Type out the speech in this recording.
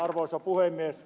arvoisa puhemies